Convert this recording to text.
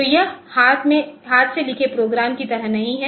तो यह हाथ से लिखे प्रोग्राम की तरह नहीं है